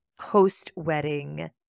post-wedding